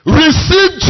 receive